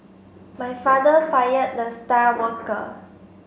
my father fired the star worker